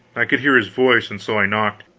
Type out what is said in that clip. i could hear his voice, and so i knocked.